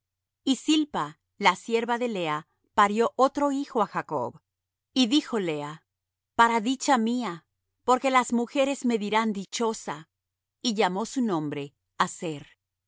y zilpa la sirva de lea parió otro hijo á jacob y dijo lea para dicha mía porque las mujeres me dirán dichosa y llamó su nombre aser